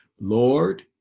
Lord